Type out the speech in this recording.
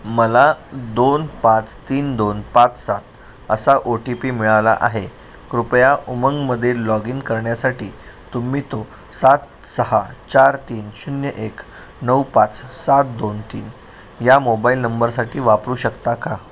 मला दोन पाच तीन दोन पाच सात असा ओ टी पी मिळाला आहे कृपया उमंगमध्ये लॉग इन करण्यासाठी तुम्ही तो सात सहा चार तीन शून्य एक नऊ पाच सात दोन तीन या मोबाईल नंबरसाठी वापरू शकता का